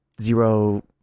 zero